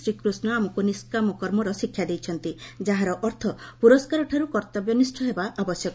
ଶ୍ରୀକୃଷ୍ଣ ଆମକୁ ନିଷ୍କାମ କର୍ମର ଶିକ୍ଷା ଦେଇଛନ୍ତି ଯାହାର ଅର୍ଥ ପୁରସ୍କାରଠାରୁ କର୍ତ୍ତବ୍ୟନିଷ୍ଠ ହେବା ଆବଶ୍ୟକ